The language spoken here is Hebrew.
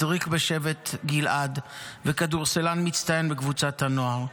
הדריך בשבט גלעד והיה כדורסלן מצטיין בקבוצת הנוער.